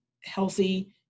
healthy